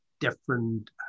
different